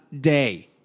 day